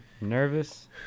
Nervous